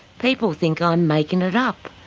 people think i'm making it up.